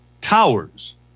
towers